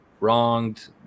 Wronged